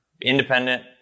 independent